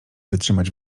wytrzymać